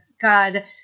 God